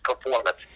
performance